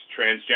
transgender